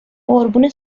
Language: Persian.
قربون